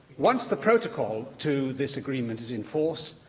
once the protocol to this agreement is in force,